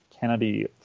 Kennedy